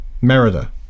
Merida